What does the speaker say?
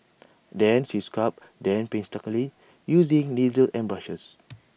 then she sculpts them painstakingly using needles and brushes